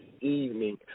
evening